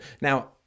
Now